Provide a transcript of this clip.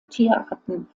tierarten